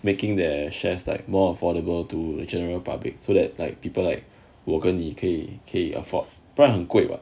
making their shares like more affordable to the general public so that like people like 我跟你可以可以 afford 不然很贵 [what]